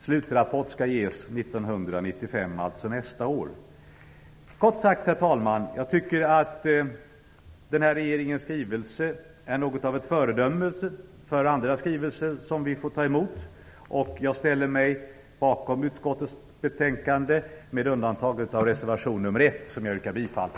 Slutrapport skall avges Kort sagt, herr talman, tycker jag att regeringens skrivelse är något av ett föredöme för andra skrivelser som vi får ta emot. Jag ställer mig bakom utskottets betänkande, men jag yrkar bifall till reservation nr 1.